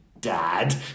Dad